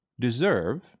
deserve